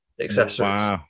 accessories